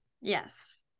Yes